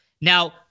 Now